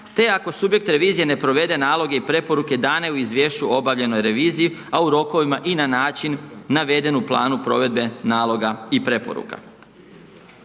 te ako subjekt revizije ne provede naloge i preporuke dane u izvješću obavljene u reviziji a u rokovima i na način naveden u planu provedbe naloga i preporuka.